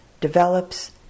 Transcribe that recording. develops